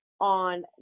on